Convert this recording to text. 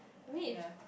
ya